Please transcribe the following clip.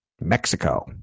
Mexico